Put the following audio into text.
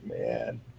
man